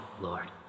Lord